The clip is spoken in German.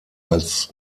als